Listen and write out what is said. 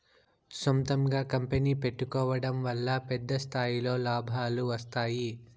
సొంతంగా కంపెనీ పెట్టుకోడం వల్ల పెద్ద స్థాయిలో లాభాలు వస్తాయి